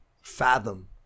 fathom